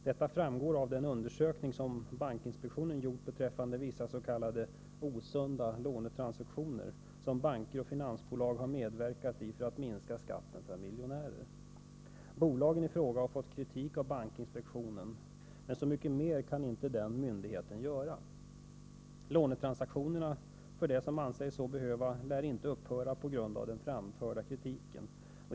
Detta framgår av den undersökning som bankinspektionen gjort beträffande vissa ”osunda lånetransaktioner”, som banker och finansbolag har medverkat i för att minska skatten för miljonärer. Bolagen i fråga har fått kritik av bankinspektionen, men så mycket mer kan inte denna myndighet göra. Lånetransaktionerna, för dem som anser sig så behöva, lär inte upphöra på grund av den framförda kritiken.